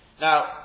Now